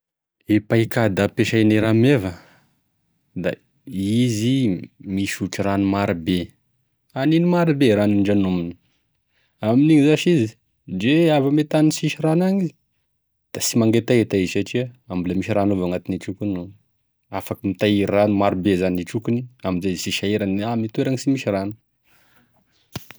E paikady ampesain'e rameva da izy misotro rano marobe, agniny marobe ranondrano aminy ao, amin'igny zany izy dre avy ame tany sisy rano agny izy da sy mangetaheta izy satria mbola misy rano evao gnagnatin'e trokiny gn'ao afaky mitahiry rano marobe zany e trokiny amizay izy sy sahirany ndre ame toerany sy misy rano.